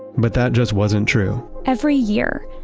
but that just wasn't true every year,